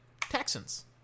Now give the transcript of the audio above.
Texans